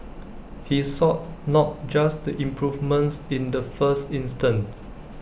he sought not just the improvements in the first instance